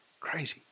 Crazy